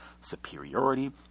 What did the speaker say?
superiority